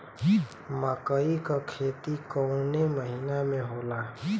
मकई क खेती कवने महीना में होला?